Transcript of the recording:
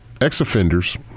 ex-offenders